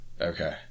Okay